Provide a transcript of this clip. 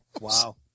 Wow